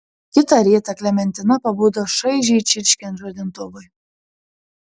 kitą rytą klementina pabudo šaižiai čirškiant žadintuvui